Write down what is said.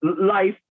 life